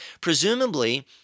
Presumably